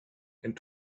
and